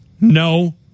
no